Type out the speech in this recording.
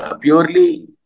purely